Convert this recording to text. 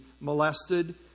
molested